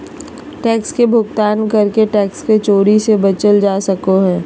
tax के भुगतान करके टैक्स के चोरी से बचल जा सको हय